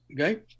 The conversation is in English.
okay